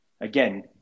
again